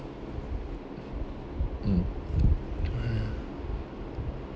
mm ya